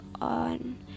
on